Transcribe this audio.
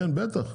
כן, בטח.